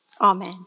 Amen